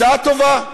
הצעה טובה,